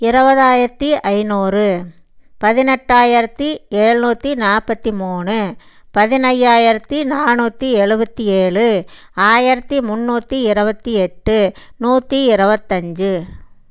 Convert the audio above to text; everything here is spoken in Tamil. இருபதாயிரத்தி ஐநூறு பதினெட்டாயிரத்து எழுநூற்றி நாற்பத்தி மூணு பதினையாயிரத்து நாணுற்றி எழுபத்தி ஏழு ஆயிரத்து முன்நூற்றி இருபத்தி எட்டு நூற்றி இருபத்தஞ்சி